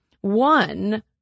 one